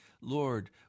Lord